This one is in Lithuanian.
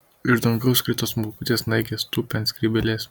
iš dangaus krito smulkutės snaigės tūpė ant skrybėlės